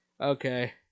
Okay